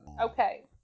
Okay